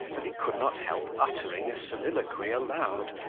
that he could not help uttering a soliloquy aloud,